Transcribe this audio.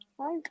Hi